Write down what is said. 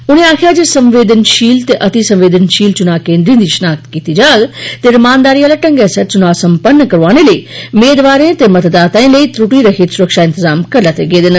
उनें आखेया जे सवेंदनशील ते अतिसवेंदन शील चुनां केन्द्रें दी शिनाखत कीत्ती जाग ते रमानदारी आली ढ़गै सिंर चुनां समपन्न करोआने लेई मेदवारे ते मतदातायें लेई त्रुटि रहित सुरक्षा इंतजाम करी लैत्ते गेदे न